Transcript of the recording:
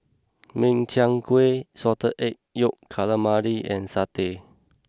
Min Chiang Kueh Salted Egg Yolk Calamari and Satay